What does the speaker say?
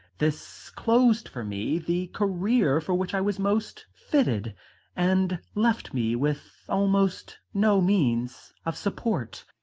this closed for me the career for which i was most fitted and left me with almost no means of support.